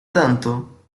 tanto